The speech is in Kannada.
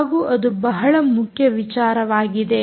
ಹಾಗೂ ಇದು ಬಹಳ ಮುಖ್ಯ ವಿಚಾರವಾಗಿದೆ